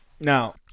Now